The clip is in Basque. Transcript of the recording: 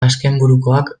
azkenburukoak